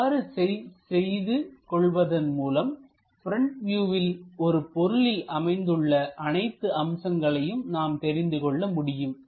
இவ்வாறு செய்து கொள்வதன் மூலம் ப்ரெண்ட் வியூவில் ஒரு பொருளின் அமைந்துள்ள அனைத்து அம்சங்களையும் நாம் தெரிந்து கொள்ள முடியும்